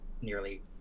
nearly